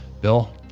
Bill